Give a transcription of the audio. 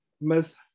Miss